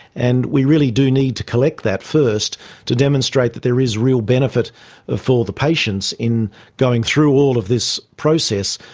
and we really do need to collect that first to demonstrate that there is real benefit ah for the patients in going through all of this process.